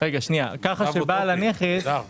-- בסך הכל